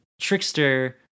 Trickster